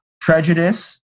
prejudice